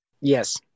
Yes